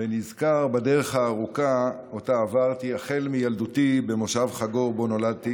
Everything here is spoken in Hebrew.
ונזכר בדרך הארוכה שעברתי מאז ילדותי במושב חגור שבו נולדתי